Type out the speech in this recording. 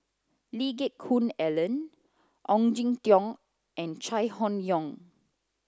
Lee Geck Hoon Ellen Ong Jin Teong and Chai Hon Yoong